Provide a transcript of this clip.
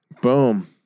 Boom